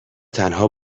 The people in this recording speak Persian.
تنها